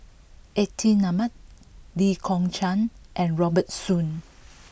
Atin Amat Lee Kong Chian and Robert Soon